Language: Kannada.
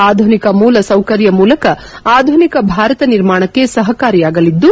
ಆಧುನಿಕ ಮೂಲ ಸೌಕರ್ಯ ಮೂಲಕ ಆಧುನಿಕ ಭಾರತ ನಿರ್ಮಾಣಕ್ಕೆ ಸಹಕಾರಿಯಾಗಲಿದ್ದು